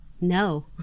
No